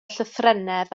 llythrennedd